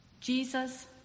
Jesus